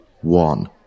one